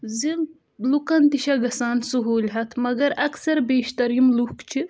زِ لوکَن تہِ چھِ گَژھان سہوٗلیت مگر اَکثَر بیشتَر یِم لوکھ چھِ